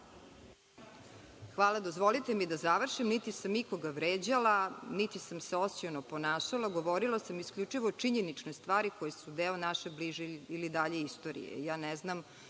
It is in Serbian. Hvala, dozvolite mi da završim. Niti sam ikoga vređala, niti sam se osiono ponašala, govorila sam isključivo o činjeničnoj stvari koje su deo naše bliže ili dalje istorije.